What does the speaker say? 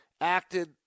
acted